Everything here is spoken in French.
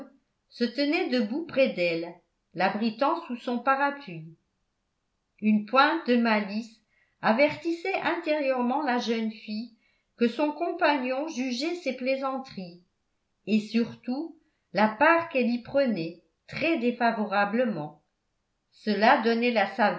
se tenait debout près d'elle l'abritant sous son parapluie une pointe de malice avertissait intérieurement la jeune fille que son compagnon jugeait ces plaisanteries et surtout la part qu'elle y prenait très défavorablement cela donnait la